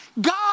God